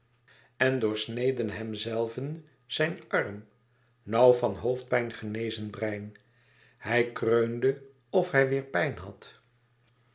en doorsneden hemzelven zijn arm nauw van hoofdpijn genezen brein hij kreunde of hij weêr pijn had